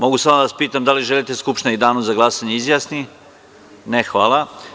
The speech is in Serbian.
Mogu samo da vas pitam da li želite da se Skupština u Danu za glasanje izjasni? (Ne) Hvala.